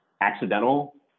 accidental